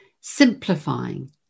simplifying